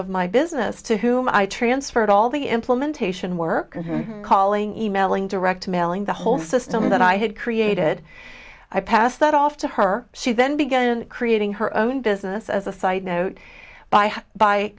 of my business to whom i transferred all the implementation work calling emailing direct mailing the whole system that i had created i passed that off to her she then began creating her own business as a side note by